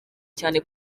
cyane